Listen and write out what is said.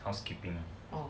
housekeeping